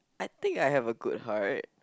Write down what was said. I think I have a good heart